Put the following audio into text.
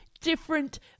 different